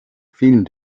vielen